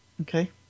Okay